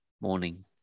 morning